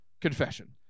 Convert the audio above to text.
confession